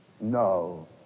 No